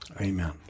Amen